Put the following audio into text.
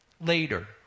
later